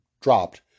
dropped